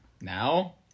now